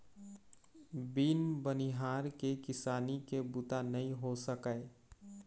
बिन बनिहार के किसानी के बूता नइ हो सकय